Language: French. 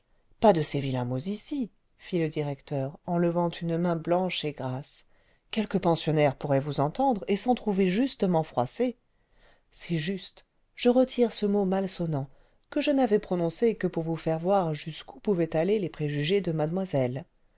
pas cle ces vilains mots ici fit le directeur en levant une main blanche et grasse quelque pensionnaire pourrait vous entendre et s'en trouver justement justement c'est juste je retire ce mot malsonnant que je n'avais prononcé que pour vous faire voir jusqu'où pouvaient aller les préjugés de mademoiselle